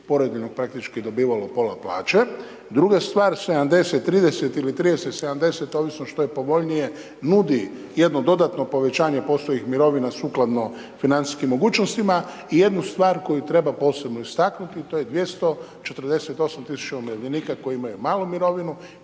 porodiljnog praktički dobivalo pola plaće, druga stvar 70 30 ili 30 70 ovisno što je povoljnije nudi jedno dodatno povećanje …/nerazumljivo/… mirovina sukladno financijskim mogućnostima i jednu stvar koju treba posebno istaknuti to je 248.000 umirovljenika koji imaju malu mirovinu